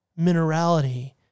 minerality